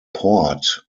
port